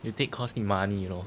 you take course need money you know